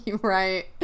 right